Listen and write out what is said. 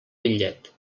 bitllet